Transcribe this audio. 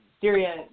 Syria